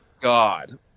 God